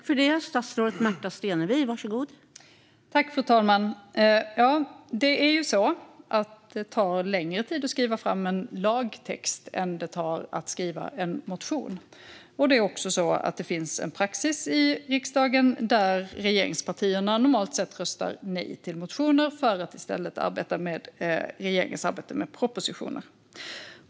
Fru talman! Det är ju så att det tar längre tid att skriva en lagtext än det tar att skriva en motion. Det är också så att praxis i riksdagen är att regeringspartierna röstar nej till motioner för att i stället ägna sig åt regeringens arbete med propositioner.